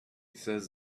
says